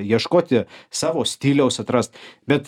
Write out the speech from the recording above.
ieškoti savo stiliaus atrast bet